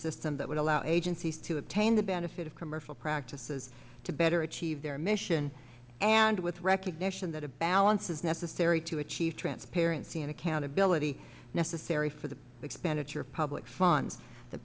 system that would allow agencies to obtain the benefit of commercial practices to better achieve their mission and with recognition that a balance is necessary to achieve transparency and accountability necessary for the expenditure of public funds t